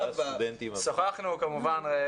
שוחחנו כמובן רבות.